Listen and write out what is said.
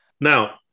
Now